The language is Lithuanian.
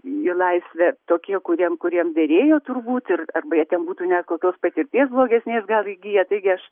į laisvę tokie kuriem kuriem derėjo turbūt ir arba jie ten būtų net kokios patirties blogesnės gal įgiję taigi aš